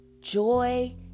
joy